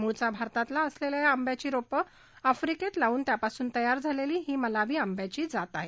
मूळचा भारतातला असलेल्या या आंब्याची रोपं आफ्रिकेत लावून त्यापासून तयार झालेली ही मलावी आंब्याची जात आहे